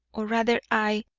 or rather i,